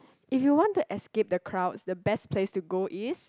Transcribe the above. if you want to escape the crowds the best place to go is